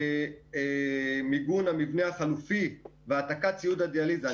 מיגון המבנה החלופי והעתקת ציוד הדיאליזה.